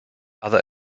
other